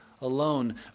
alone